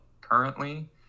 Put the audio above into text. currently